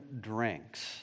drinks